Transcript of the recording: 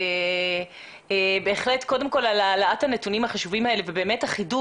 האם היא משקרת